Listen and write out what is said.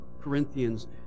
Corinthians